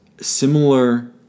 similar